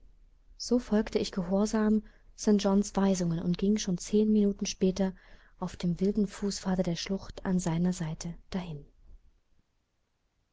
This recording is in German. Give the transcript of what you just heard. so folgte ich gehorsam st johns weisungen und ging schon zehn minuten später auf dem wilden fußpfade der schlucht an seiner seite dahin